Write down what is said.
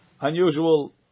Unusual